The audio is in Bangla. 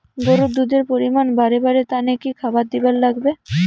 গরুর দুধ এর পরিমাণ বারেবার তানে কি খাবার দিবার লাগবে?